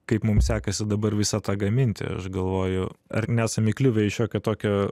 kaip mum sekasi dabar visą tą gaminti aš galvoju ar nesam įkliuvę į šiokią tokią